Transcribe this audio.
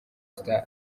star